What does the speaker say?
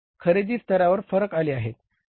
खरेदी स्तरावर फरक आले आहेत